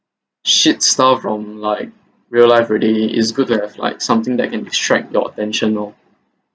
shit stuff from like real life already is good to have like something that can distract your attention lor